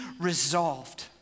resolved